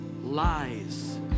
lies